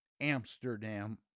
Amsterdam